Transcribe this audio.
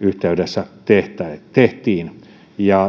yhteydessä tehtiin